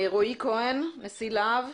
רועי כהן, נשיא להב.